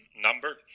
number